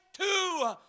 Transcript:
two